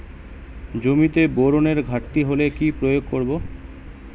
জমিতে বোরনের ঘাটতি হলে কি প্রয়োগ করব?